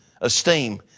esteem